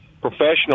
professional